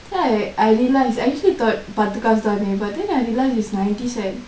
then I I realise actually பாது காசு தான:pathu kaasu thaane but then I realised is ninety cents